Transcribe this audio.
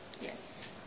Yes